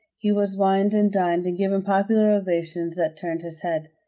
he was wined and dined and given popular ovations that turned his head.